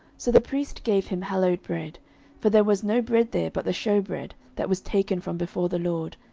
so the priest gave him hallowed bread for there was no bread there but the shewbread, that was taken from before the lord,